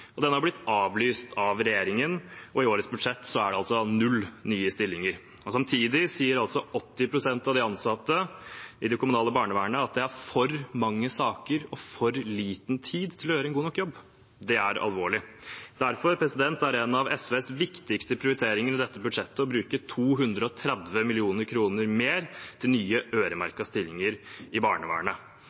til den kommunale barnevernstjenesten. Det har blitt avlyst av regjeringen, og i årets budsjett er det altså null nye stillinger. Samtidig sier 80 pst. av de ansatte i det kommunale barnevernet at det er for mange saker og for liten tid til å gjøre en god nok jobb. Det er alvorlig. Derfor er en av SVs viktigste prioriteringer i dette budsjettet å bruke 230 mill. kr mer til nye øremerkede stillinger i barnevernet.